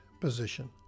position